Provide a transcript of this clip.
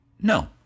no